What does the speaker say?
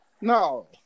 no